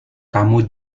kamu